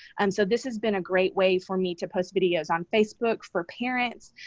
and so this has been a great way for me to post videos on facebook for parents.